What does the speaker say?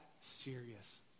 serious